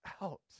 out